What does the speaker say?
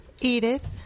Edith